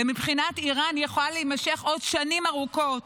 ומבחינת איראן היא יכולה להימשך עוד שנים ארוכות,